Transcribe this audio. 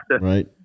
Right